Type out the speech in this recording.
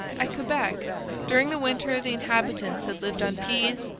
at quebec during the winter the inhabitants had lived on pease,